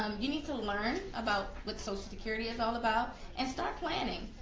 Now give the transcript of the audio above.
um you need to learn about what social security is all about and start planning.